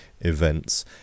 events